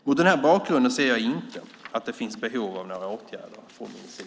Mot den här bakgrunden ser jag inte att det finns behov av några åtgärder från min sida.